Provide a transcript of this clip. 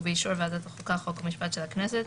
ובאישור ועדת החוקה חוק ומשפט של הכנסת,